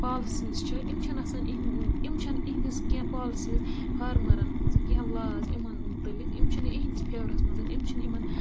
policies چھِ یِم چھَنہٕ آسان اِہِنٛدۍ یِم چھَنہٕ اِہِنٛدِس کینٛہہ پالسیٖز فارمَرَن ہٕنٛزٕ کینٛہہ لاز یِمَن مُتعلِق یِم چھِنہٕ اِہِنٛدِس فیورَس منٛز یِم چھِنہٕ یِمَن